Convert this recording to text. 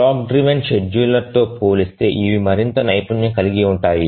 clock driven షెడ్యూలర్లతో పోలిస్తే ఇవి మరింత నైపుణ్యం కలిగి ఉంటాయి